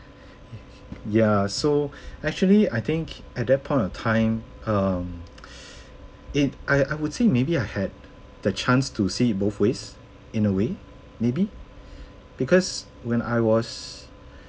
ya so actually I think at that point of time um it I I would say maybe I had the chance to see it both ways in a way maybe because when I was